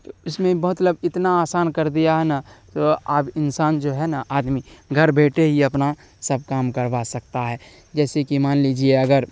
تو اس میں بہت لوگ اتنا آسان کر دیا ہے نا تو اب انسان جو ہے نا آدمی گھر بیٹھے ہی اپنا سب کام کروا سکتا ہے جیسے کہ مان لیجیے اگر